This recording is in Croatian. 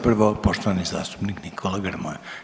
Prvo poštovani zastupnik Nikola Grmoja.